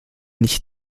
nicht